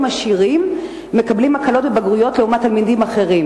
עשירים מקבלים הקלות בבגרויות לעומת תלמידים אחרים.